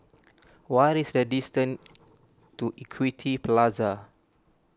what is the distance to Equity Plaza